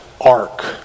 ark